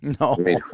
No